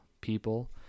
people